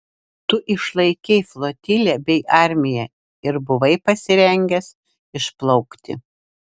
tu išlaikei flotilę bei armiją ir buvai pasirengęs išplaukti